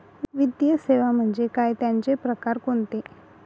वित्तीय सेवा म्हणजे काय? त्यांचे प्रकार कोणते?